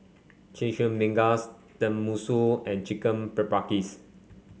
Chimichangas Tenmusu and Chicken Paprikas